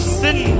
sin